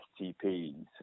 STPs